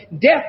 death